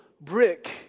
brick